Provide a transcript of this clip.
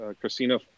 Christina